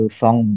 song